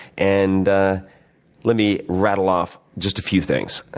and let me rattle off just a few things.